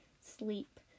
sleep